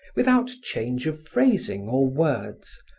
without change of phrasing or words,